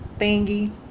thingy